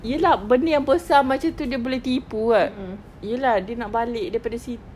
ya lah benda yang besar macam itu dia boleh tipu uh ya lah dia nak balik daripada si~